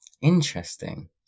interesting